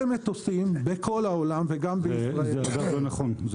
זה ממש לא נכון.